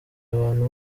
abantu